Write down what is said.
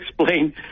explain